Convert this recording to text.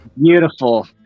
Beautiful